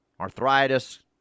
arthritis